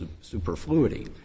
superfluity